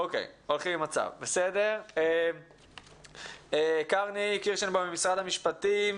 בסדר, קרני קירשנבאום, משרד המשפטים.